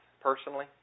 personally